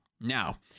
Now